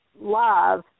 love